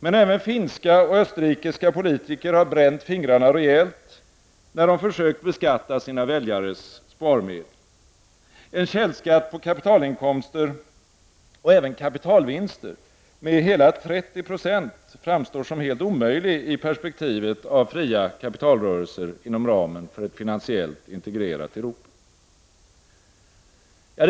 Men även finska och österrikiska politiker har bränt fingrarna rejält när de har försökt beskatta sina väljares sparmedel. En källskatt på kapitalinkomster och även på kapitalvinster med hela 30 20 framstår som helt omöjlig i perspektivet av fria kapitalrörelser inom ramen för ett finansiellt integrerat Europa.